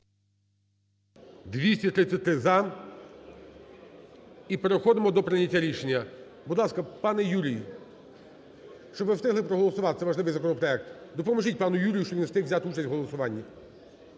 За-233 І переходимо до прийняття рішення. Будь ласка, пане Юрію, щоб ми встигли проголосувати, це важливий законопроект, допоможіть пану Юрію, щоб він встиг взяти участь у голосуванні.